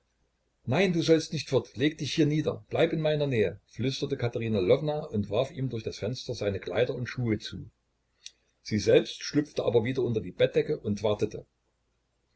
nein du sollst nicht fort leg dich hier nieder bleib in meiner nähe flüsterte katerina lwowna und warf ihm durch das fenster seine kleider und schuhe zu sie selbst schlüpfte aber wieder unter die bettdecke und wartete